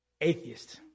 atheist